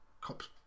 cop's